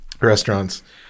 restaurants